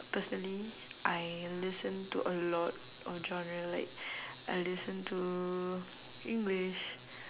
personally I listen to a lot of genre like I listen to english